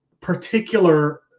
particular